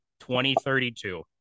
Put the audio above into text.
2032